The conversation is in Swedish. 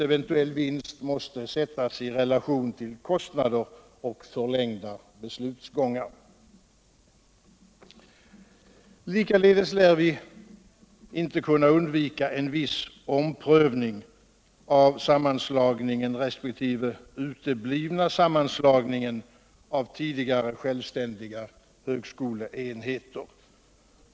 Eventuell vinst måste sättas i relation till kostnader och förlängda beslutsgångar. Likaledes lär vi inte kunna undvika en viss omprövning av sammanslagningen resp. den uteblivna sammanslagningen av tidigare självständiga högskoleenheter.